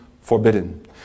forbidden